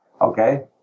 Okay